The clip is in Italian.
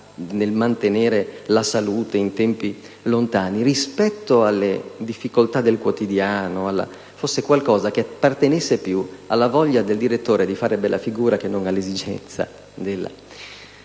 nel mantenere la salute, rispetto alle difficoltà del quotidiano, fosse qualcosa che apparteneva più alla voglia del direttore di fare bella figura che non all'esigenza